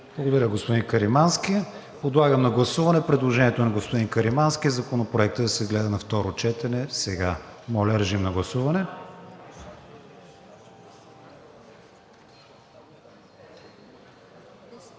Благодаря, господин Каримански. Подлагам на гласуване предложението на господин Каримански Законопроектът да се гледа на второ четене сега. Гласували